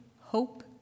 hope